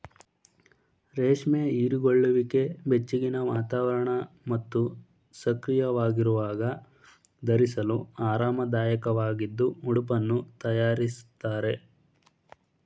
ರೇಷ್ಮೆ ಹೀರಿಕೊಳ್ಳುವಿಕೆ ಬೆಚ್ಚಗಿನ ವಾತಾವರಣ ಮತ್ತು ಸಕ್ರಿಯವಾಗಿರುವಾಗ ಧರಿಸಲು ಆರಾಮದಾಯಕವಾಗಿದ್ದು ಉಡುಪನ್ನು ತಯಾರಿಸ್ತಾರೆ